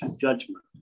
judgment